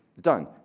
done